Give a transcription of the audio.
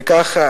וכך,